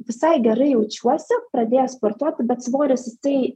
visai gerai jaučiuosi pradėjęs sportuoti bet svoris jisai